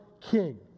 king